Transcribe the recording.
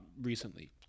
recently